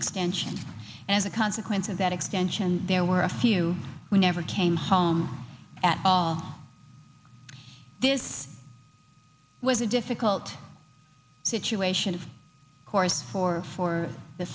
ansion as a consequence of that extension there were a few we never came home at all this was a difficult situation of course for for the